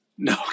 No